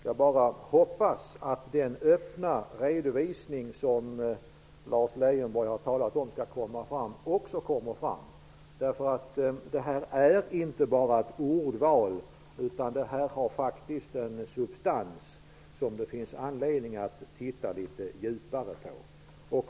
Jag bara hoppas att den öppna redovisning som Lars Leijonborg har talat om skall komma till stånd också kommer till stånd. Det är här nämligen inte bara fråga om en skillnad i ordvalet, utan denna fråga har en substans som gör att det finns anledning att titta litet närmare på den.